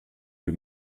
que